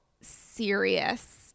serious